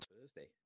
Thursday